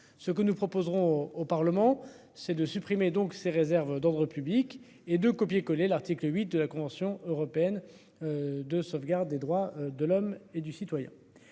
Ce que nous proposerons au Parlement, c'est de supprimer, donc, ces réserves d'ordre public et de copier/coller. L'article 8 de la Convention européenne. De sauvegarde des droits de l'homme et du citoyen.